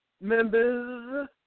members